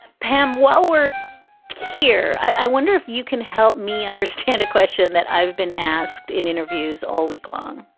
pam, while we're here, i wonder if you can help me understand a question that i've been asked in interviews all week long.